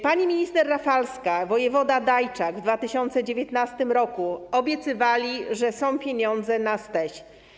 Pani minister Rafalska i wojewoda Dajczak w 2019 r. obiecywali, że są pieniądze na STEŚ.